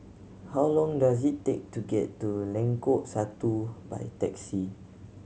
how long does it take to get to Lengkok Satu by taxi